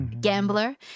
gambler